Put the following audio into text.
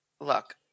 look